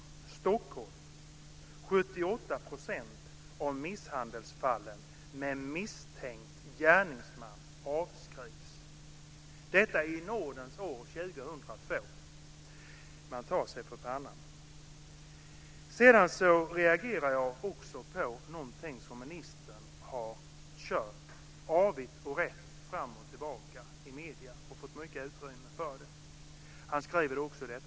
I Stockholm avskrivs 78 % av de misshandelsfall där det finns en misstänkt gärningsman - detta i nådens år 2002. Man tar sig för pannan. Jag reagerar också på någonting som ministern har talat om fram och tillbaka i medierna och som fått mycket utrymme. Han skriver det också i svaret.